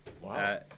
Wow